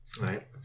Right